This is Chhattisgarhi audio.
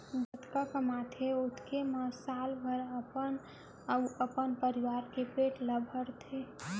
जतका कमाथे ओतके म साल भर अपन अउ अपन परवार के पेट ल भरथे